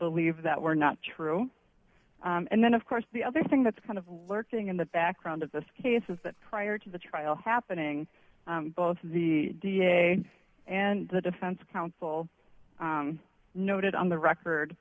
believe that were not true and then of course the other thing that's kind of lurking in the background of this case is that prior to the trial happening both the da and the defense counsel noted on the record